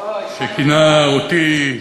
שכינה אותי,